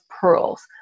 pearls